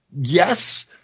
Yes